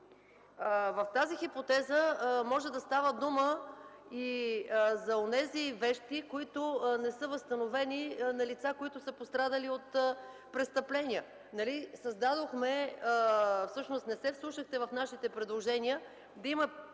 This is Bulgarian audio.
в тази хипотеза може да става дума и за онези вещи, които не са възстановени на лица, които са пострадали от престъпления. Всъщност не се вслушахте в нашите предложения да има предимство